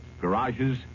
garages